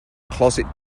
closet